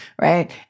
right